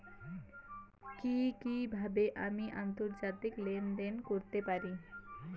কি কিভাবে আমি আন্তর্জাতিক লেনদেন করতে পারি?